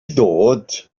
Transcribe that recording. ddod